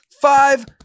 five